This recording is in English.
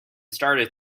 started